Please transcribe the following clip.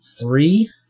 Three